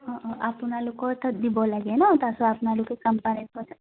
অঁ অঁ আপোনালোকৰ তাত দিব লাগে ন তাৰ পাছত আপোনালোকে